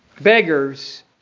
Beggars